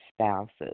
spouses